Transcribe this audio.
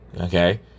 Okay